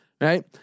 right